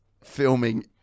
filming